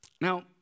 Now